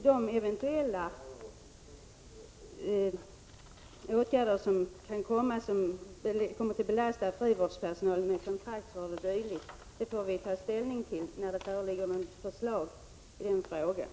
De eventuella åtgärder som kan komma att belasta frivårdspersonalen — kontraktsvård o. d. — får vi ta ställning till när det föreligger förslag i den frågan.